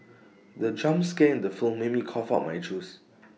the jump scare in the film made me cough out my juice